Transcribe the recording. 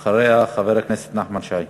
ואחריה, חבר הכנסת נחמן שי.